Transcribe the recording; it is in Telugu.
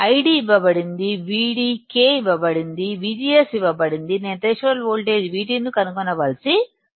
ID ఇవ్వబడింది VD K ఇవ్వబడుతుంది VGS ఇవ్వబడుతుంది నేను థ్రెషోల్డ్ వోల్టేజ్ VT ను కనుగొనవలసి ఉంది